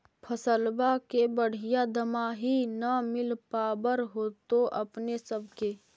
फसलबा के बढ़िया दमाहि न मिल पाबर होतो अपने सब के?